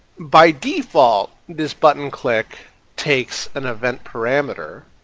by default this button click takes an event parameter.